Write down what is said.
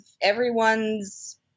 everyone's